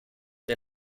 der